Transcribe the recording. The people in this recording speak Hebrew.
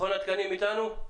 מכון התקנים איתנו?